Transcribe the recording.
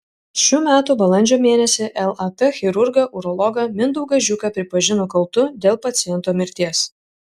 šių metų balandžio mėnesį lat chirurgą urologą mindaugą žiuką pripažino kaltu dėl paciento mirties